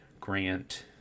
Grant